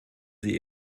sie